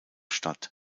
statt